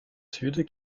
sud